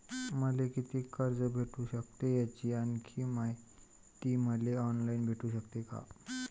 मले कितीक कर्ज भेटू सकते, याची आणखीन मायती मले ऑनलाईन भेटू सकते का?